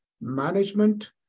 management